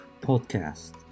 Podcast